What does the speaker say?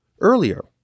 earlier